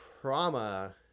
trauma